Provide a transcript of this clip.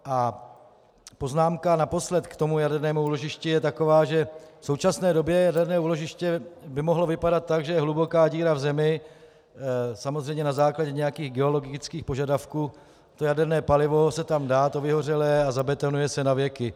A poznámka naposled k jadernému úložišti je taková, že v současné době jaderné úložiště by mohlo vypadat tak, že hluboká díra v zemi, samozřejmě na základě nějakých geologických požadavků, jaderné palivo se tam dá, to vyhořelé, a zabetonuje se na věky.